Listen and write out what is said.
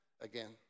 again